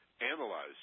analyze